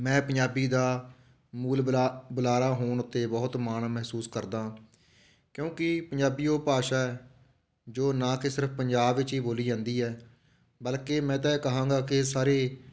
ਮੈਂ ਪੰਜਾਬੀ ਦਾ ਮੂਲ ਬੁਲਾ ਬੁਲਾਰਾ ਹੋਣ ਉੱਤੇ ਬਹੁਤ ਮਾਣ ਮਹਿਸੂਸ ਕਰਦਾਂ ਕਿਉਂਕਿ ਪੰਜਾਬੀ ਉਹ ਭਾਸ਼ਾ ਹੈ ਜੋ ਨਾ ਕਿ ਸਿਰਫ ਪੰਜਾਬ ਵਿੱਚ ਹੀ ਬੋਲੀ ਜਾਂਦੀ ਹੈ ਬਲਕਿ ਮੈਂ ਤਾਂ ਇਹ ਕਹਾਂਗਾ ਕਿ ਸਾਰੇ